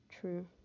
True